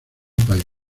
país